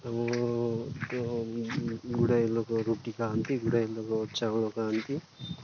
ଆମର ତ ଗୁଡ଼ାଏ ଲୋକ ରୁଟି ଖାଆନ୍ତି ଗୁଡ଼ାଏ ଲୋକ ଚାଉଳ ଖାଆନ୍ତି